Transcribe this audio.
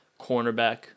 cornerback